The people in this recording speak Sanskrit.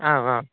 आम् आम्